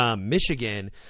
Michigan